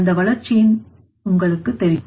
அந்த வளர்ச்சியின் உங்களுக்கு தெரியும்